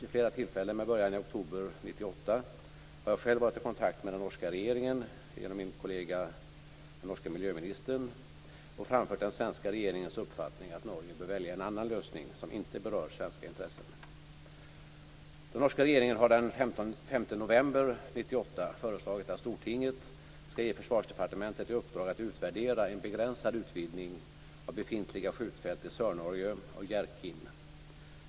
Vid flera tillfällen, med början i oktober 1998, har jag själv varit i kontakt med den norska regeringen genom min kollega, den norske miljöministern, och framfört den svenska regeringens uppfattning att Norge bör välja en annan lösning som inte berör svenska intressen. föreslagit att Stortinget skall ge Forsvarsdepartementet i uppdrag att utvärdera en begränsad utvidgning av befintliga skjutfält i Sør-Norge och Hjerkin.